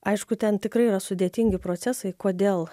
aišku ten tikrai yra sudėtingi procesai kodėl